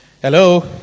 Hello